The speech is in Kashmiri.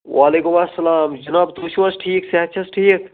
وعلیکُم اسلام جِناب تُہۍ چھُو حظ ٹھیٖک صحت چھِ حظ ٹھیٖک